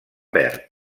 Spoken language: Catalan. verd